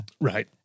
Right